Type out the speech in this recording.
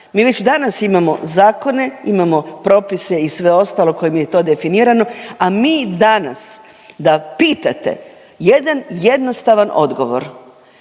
mi već danas imamo zakone, imamo propise i sve ostalo kojima je to definirano, a mi danas da pitate jedan jednostavan odgovor